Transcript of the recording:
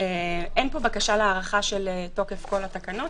אין פה בקשה להארכה של תוקף כל התקנות,